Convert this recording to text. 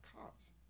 cops